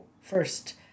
first